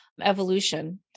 evolution